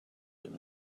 him